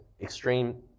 extreme